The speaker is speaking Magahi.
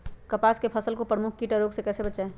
कपास की फसल को प्रमुख कीट और रोग से कैसे बचाएं?